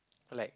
like